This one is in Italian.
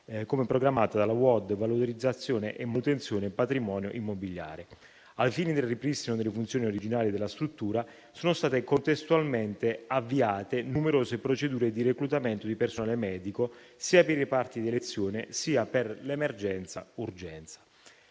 dirigenziale (UOD) Valorizzazione e manutenzione del patrimonio immobiliare. Ai fini del ripristino delle funzioni originali della struttura, sono state contestualmente avviate numerose procedure di reclutamento di personale medico sia per i reparti d'elezione, sia per l'emergenza-urgenza.